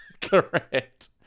Correct